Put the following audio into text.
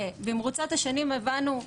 במרוצת השנים הבנו,